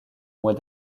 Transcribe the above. moins